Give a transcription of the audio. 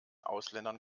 ausländern